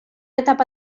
etapa